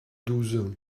douze